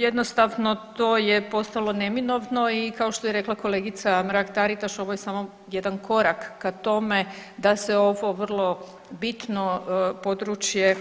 Jednostavno to je postalo neminovno i kao što je rekla kolegica Mrak-Taritaš ovo je samo jedan korak ka tome da se ovo vrlo bitno područje